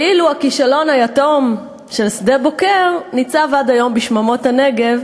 ואילו הכישלון היתום של שדה-בוקר ניצב עד היום בשממות הנגב,